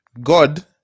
God